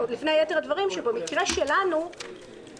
עוד לפני יתר הדברים שבמקרה שלנו סיעת